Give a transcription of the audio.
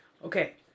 Okay